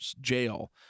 jail